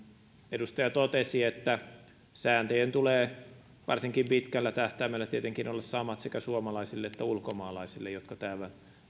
edustaja totesi että sääntöjen tulee varsinkin pitkällä tähtäimellä tietenkin olla samat sekä suomalaisille että ulkomaalaisille jotka täällä